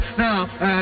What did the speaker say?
now